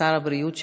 שר הבריאות שלנו,